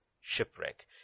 shipwreck